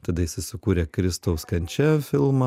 tada jisai sukūrė kristaus kančia filmą